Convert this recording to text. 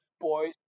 boys